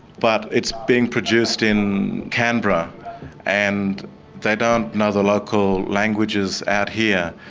but it's being produced in canberra and they don't know the local languages out here.